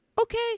Okay